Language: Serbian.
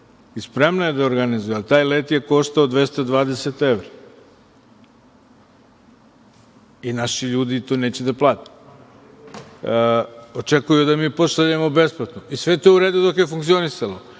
i spremna je da organizuje let, ali taj let je koštao 220 evra i naši ljudi to neće da plate. Oni očekuju da mi pošaljemo besplatno i sve je to u redu dok je funkcionisalo,